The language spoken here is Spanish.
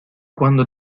cuando